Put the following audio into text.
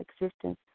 existence